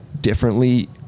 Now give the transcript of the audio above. differently